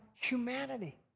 Humanity